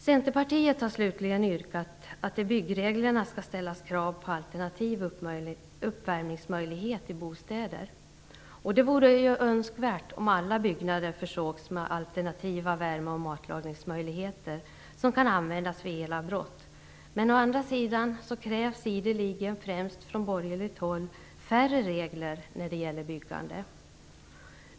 Centerpartiet har slutligen yrkat att det i byggreglerna skall ställas krav på alternativ uppvärmningsmöjlighet i bostäder. Det vore å ena sidan önskvärt att alla byggnader försågs med alternativa värme och matlagningsmöjligheter som kan användas vid elavbrott. Men å andra sidan krävs ideligen, främst från borgerligt håll, färre regler när det gäller byggande.